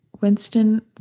Winston